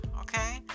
okay